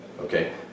Okay